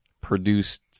produced